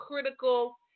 critical